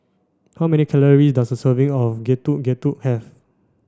how many calories does a serving of Getuk Getuk have